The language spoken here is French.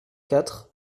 quatre